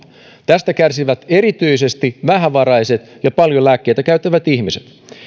tästä kärsivät erityisesti vähävaraiset ja paljon lääkkeitä käyttävät ihmiset ei